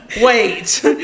wait